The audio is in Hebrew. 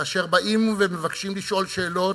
כאשר באים ומבקשים לשאול שאלות,